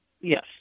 Yes